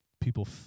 people